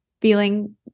feeling